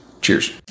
Cheers